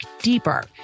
deeper